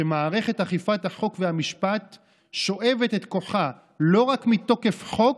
שמערכת אכיפת החוק והמשפט שואבת את כוחה לא רק מתוקף חוק,